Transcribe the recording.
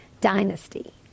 dynasty